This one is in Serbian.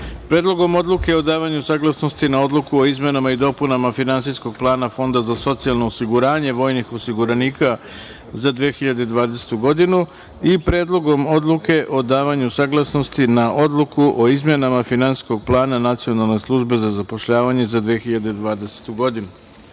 Predlogom odluke o davanju saglasnosti na Odluku o izmenama i dopunama Finansijskog plana Fonda za socijalno osiguranje vojnih osiguranika za 2020. godinu i Predlogom odluke o davanju saglasnosti na Odluku o izmenama Finansijskog plana Nacionalne službe za zapošljavanje za 2020.